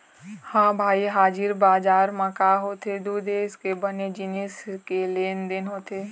ह भई हाजिर बजार म काय होथे दू देश के बने जिनिस के लेन देन होथे